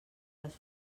les